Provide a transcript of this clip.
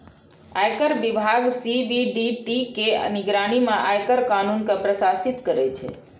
आयकर विभाग सी.बी.डी.टी के निगरानी मे आयकर कानून कें प्रशासित करै छै